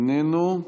איננו,